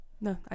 No